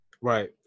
Right